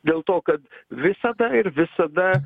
dėl to kad visada ir visada